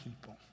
people